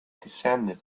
descended